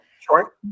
Sure